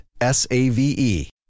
S-A-V-E